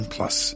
Plus